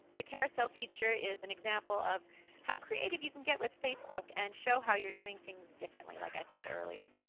the carousel feature is an example of how creative you can get with facebook, and show how you are doing things differently like i said earlier,